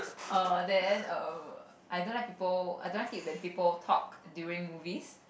err then um I don't like people I don't like it when people talk during movies